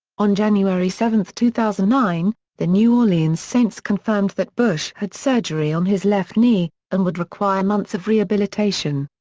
on january seven, two thousand and nine, the new orleans saints confirmed that bush had surgery on his left knee, and would require months of rehabilitation.